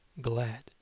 glad